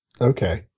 Okay